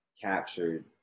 captured